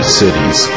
cities